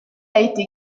été